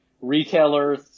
retailers